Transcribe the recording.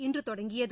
இன்று தொடங்கியது